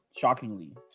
Shockingly